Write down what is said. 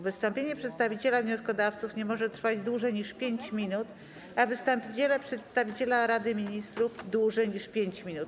Wystąpienie przedstawiciela wnioskodawców nie może trwać dłużej niż 5 minut, a wystąpienie przedstawiciela Rady Ministrów - dłużej niż 5 minut.